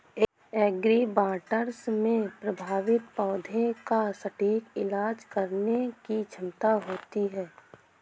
agribots में प्रभावित पौधे का सटीक इलाज करने की क्षमता होती है